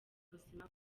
ubuzima